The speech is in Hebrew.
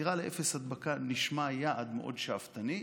חתירה לאפס הדבקה נשמעת יעד מאוד שאפתני.